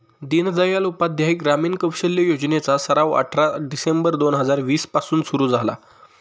दीनदयाल उपाध्याय ग्रामीण कौशल्य योजने चा सराव अठरा डिसेंबर दोन हजार वीस पासून सुरू झाला